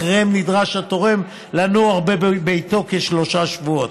אחריהם נדרש התורם לנוח בביתו כשלושה שבועות,